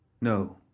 No